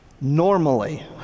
normally